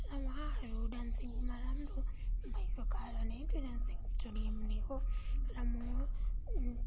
र उहाँहरू डान्सिङमा राम्रो भएको कारणले त्यो डान्सिङ स्टुडियमले हो र म